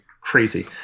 crazy